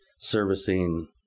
servicing